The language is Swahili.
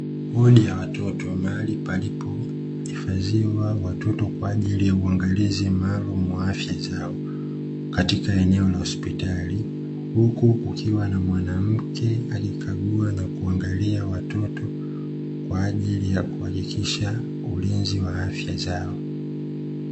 Wodi ya watoto mahali palipo hifadhiwa watoto kwa ajili ya uangalizi maalumu wa afya zao katika eneo la hospitali, huku ukiwa na mwanamke akikagua na kuangalia watoto kwa ajili ya kuhakikisha ulinzi wa afya zao.